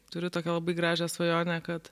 turiu tokią labai gražią svajonę kad